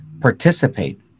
participate